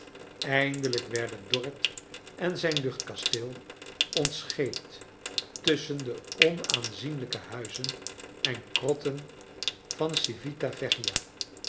eindelijk werden dorrit en zijn hichtkasteel ontscheept tusschen de onaanzienlijke huizen en krotten van oivita